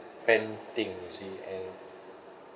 pen thing you see and